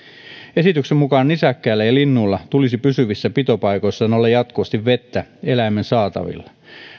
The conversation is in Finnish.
esityksen mukaan nisäkkäillä ja linnuilla tulisi pysyvissä pitopaikoissaan olla jatkuvasti vettä eläimen saatavilla